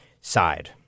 side